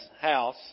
house